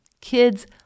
Kids